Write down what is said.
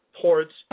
ports